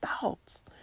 thoughts